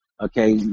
okay